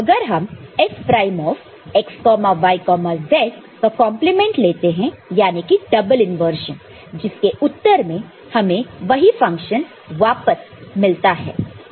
अगर हम F prime x y z का कंपलीमेंट लेते हैं याने की डबल इंवर्जन जिसके उत्तर में हमें वही फंक्शन वापस मिलता है